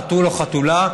חתול או חתולה,